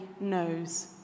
knows